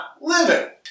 living